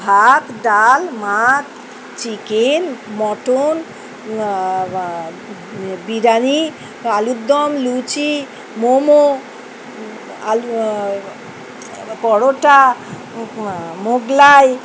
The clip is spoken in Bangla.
ভাত ডাল মাছ চিকেন মটন বিরিয়ানি আলুর দম লুচি মোমো আলু পরোটা মোগলাই